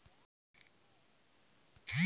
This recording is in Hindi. क्या मुझे नयी पासबुक बुक मिल सकती है?